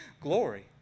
glory